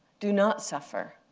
do not suffer,